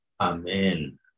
Amen